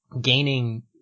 gaining